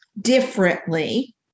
differently